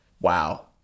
Wow